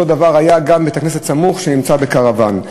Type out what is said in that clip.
אותו דבר היה גם בבית-כנסת סמוך שנמצא בקרוון.